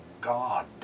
God